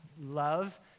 love